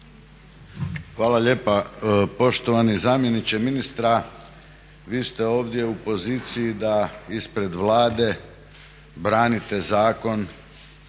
Hvala lijepa. Poštovani zamjeniče ministra, vi ste ovdje u poziciji da ispred Vlade branite zakon